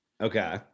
Okay